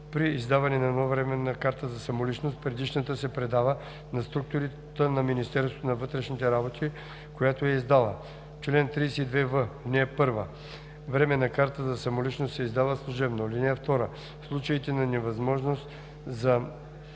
При издаване на нова временна карта за самоличност предишната се предава на структурата на Министерството на вътрешните работи, която я е издала. Чл. 32в. (1) Временна карта за самоличност се издава служебно. (2) В случаите на невъзможност за